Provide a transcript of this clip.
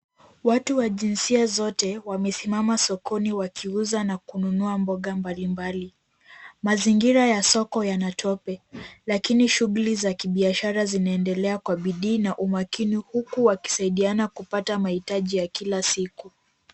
Watu wengi wa jinsia ya kike na kiume wamesimama wakinunua mboga mbalimbali. Mazingira ya soko yana tope lakini shughuli za kibiashara zinaendelea kwa bidii na umakini huku wakisaidiana kupata mahitaji ya kila siku.